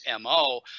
MO